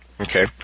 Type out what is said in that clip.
Okay